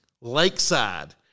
lakeside